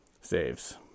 saves